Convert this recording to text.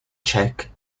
check